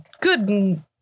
good